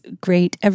great